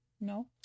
no